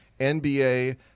NBA